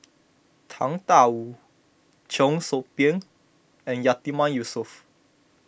Tang Da Wu Cheong Soo Pieng and Yatiman Yusof